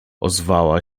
ozwała